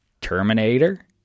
Terminator